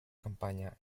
campaña